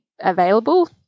available